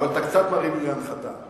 אבל אתה קצת מרים לי להנחתה.